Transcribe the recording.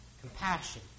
compassion